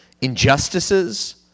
injustices